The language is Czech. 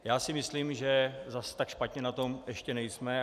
Já si myslím, že zas tak špatně na tom ještě nejsme.